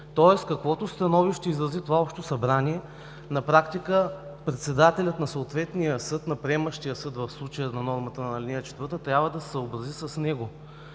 Тоест, каквото становище изрази това общо събрание – на практика председателят на съответния съд, на приемащия съд в случая на нормата на ал. 4, трябва да се съобрази с него.